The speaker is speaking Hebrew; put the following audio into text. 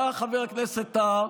בא חבר הכנסת טאהא,